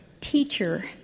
teacher